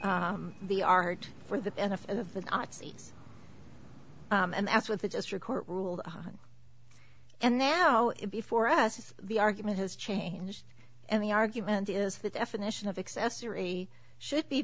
and the art for the benefit of the thoughts and that's what the district court ruled on and now before us the argument has changed and the argument is the definition of accessory should be